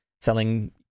selling